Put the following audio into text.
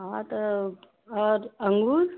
हाँ तो और अंगूर